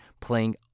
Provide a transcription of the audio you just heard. playing